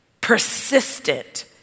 persistent